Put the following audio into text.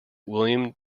william